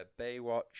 Baywatch